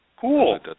Cool